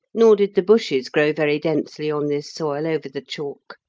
nor did the bushes grow very densely on this soil over the chalk,